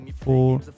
four